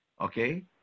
Okay